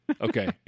Okay